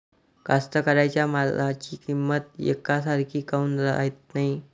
कास्तकाराइच्या मालाची किंमत यकसारखी काऊन राहत नाई?